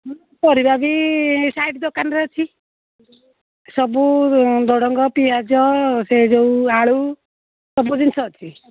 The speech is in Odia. ପରିବା ବି ସାଇଟ୍ ଦୋକାନରେ ଅଛି ସବୁ ଝୁଡ଼ଙ୍ଗ ପିଆଜ ସେ ଯୋଉ ଆଳୁ ସବୁ ଜିନିଷ ଅଛି